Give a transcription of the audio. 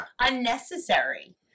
unnecessary